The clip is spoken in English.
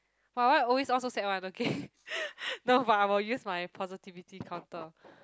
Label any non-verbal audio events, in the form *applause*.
but why always all so sad one okay *laughs* no but I will use my positivity counter